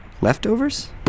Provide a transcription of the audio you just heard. Leftovers